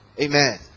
Amen